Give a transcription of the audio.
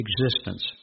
existence